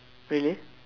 really